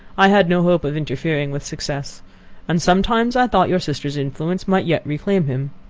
i had no hope of interfering with success and sometimes i thought your sister's influence might yet reclaim him.